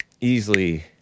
easily